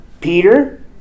Peter